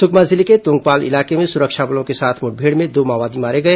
सुकमा जिले के तोंगपाल इलाके में सुरक्षा बलों के साथ मुठभेड़ में दो माओवादी मारे गए